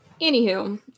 Anywho